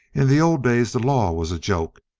in the old days the law was a joke.